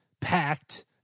packed